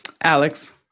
alex